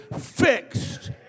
fixed